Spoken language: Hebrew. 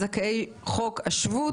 זכאי חוק השבות.